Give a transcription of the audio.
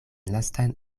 lastan